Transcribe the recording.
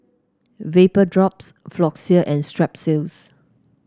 Vapodrops Floxia and Strepsils